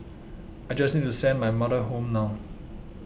I just need to send my mother home now